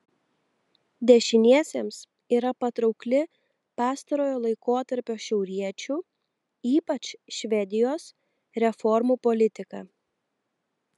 dešiniesiems yra patraukli pastarojo laikotarpio šiauriečių ypač švedijos reformų politika